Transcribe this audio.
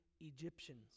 Egyptians